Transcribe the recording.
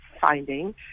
finding